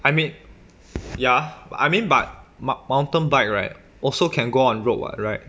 I mean ya I mean but mount~ mountain bike right also can go on road what right